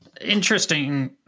Interesting